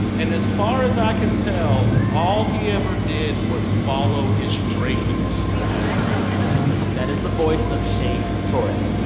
and as far as i can tell, all he ever did was follow his dreams that is the voice of shane torres.